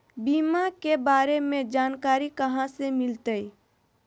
बीमा के बारे में जानकारी कहा से मिलते?